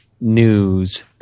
news